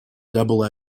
double